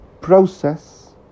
process